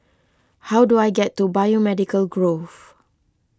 how do I get to Biomedical Grove